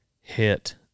hit